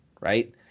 right